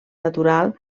natural